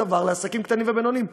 לעסקים קטנים ובינוניים.